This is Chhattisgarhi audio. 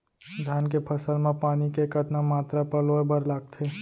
धान के फसल म पानी के कतना मात्रा पलोय बर लागथे?